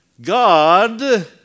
God